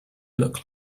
look